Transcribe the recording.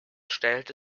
stellte